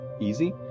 easy